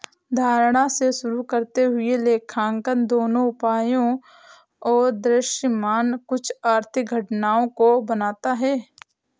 धारणा से शुरू करते हुए लेखांकन दोनों उपायों और दृश्यमान कुछ आर्थिक घटनाओं को बनाता है